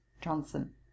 Johnson